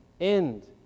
end